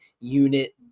unit